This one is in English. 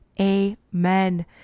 amen